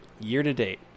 Year-to-date